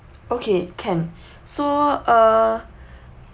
okay can so uh